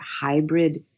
hybrid